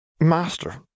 Master